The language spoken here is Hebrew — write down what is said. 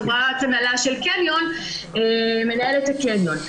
כמו שחברת הנהלה של קניון מנהלת את הקניון.